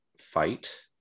fight